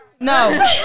No